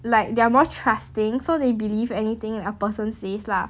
like they are more trusting so they believe anything a person says lah